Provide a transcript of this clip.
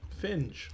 Finge